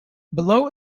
below